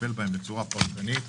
יטפל בהם בצורה פרטנית.